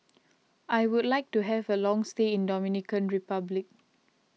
I would like to have a long stay in Dominican Republic